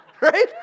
Right